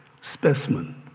specimen